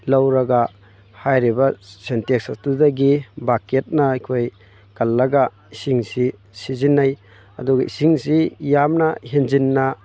ꯂꯧꯔꯒ ꯍꯥꯏꯔꯤꯕ ꯁꯤꯟꯇꯦꯛꯁ ꯑꯗꯨꯗꯒꯤ ꯕꯛꯀꯦꯠꯅ ꯑꯩꯈꯣꯏ ꯀꯜꯂꯒ ꯏꯁꯤꯡꯁꯤ ꯁꯤꯖꯤꯟꯅꯩ ꯑꯗꯨꯒ ꯏꯁꯤꯡꯁꯤ ꯌꯥꯝꯅ ꯍꯦꯟꯖꯤꯟꯅ